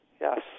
Yes